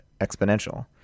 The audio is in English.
exponential